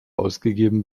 ausgegeben